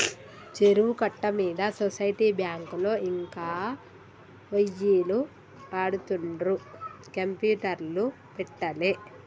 చెరువు కట్ట మీద సొసైటీ బ్యాంకులో ఇంకా ఒయ్యిలు వాడుతుండ్రు కంప్యూటర్లు పెట్టలే